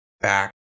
back